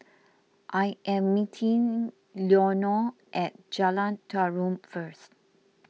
I am meeting Leonore at Jalan Tarum first